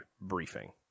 briefing